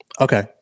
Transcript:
Okay